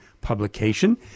publication